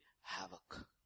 havoc